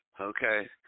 Okay